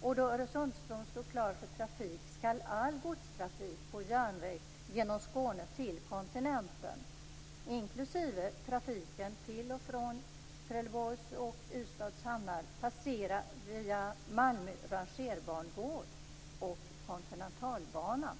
och då Öresundsbron står klar för trafik skall all godstrafik på järnväg genom Skåne till kontinenten, inklusive trafiken till och från Trelleborgs och Ystads hamnar, passera via Malmö rangerbangård och Kontinentalbanan.